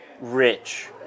rich